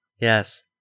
Yes